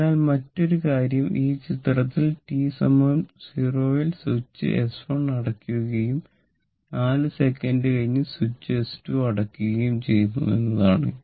അതിനാൽ മറ്റൊരു കാര്യം ഈ ചിത്രത്തിൽ t 0 സ്വിച്ച് S1 അടയ്ക്കുകയും 4 സെക്കൻഡ് കഴിഞ്ഞ് സ്വിച്ച് S2 അടയ്ക്കുകയും ചെയ്യുന്നു എന്നതാണ്